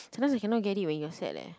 sometimes I cannot get it when you are sad leh